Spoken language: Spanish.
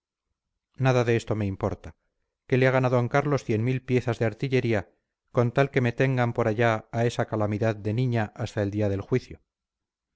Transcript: nada de esto me importa que le hagan a d carlos cien mil piezas de artillería con tal que me tengan por allá a esa calamidad de niña hasta el día del juicio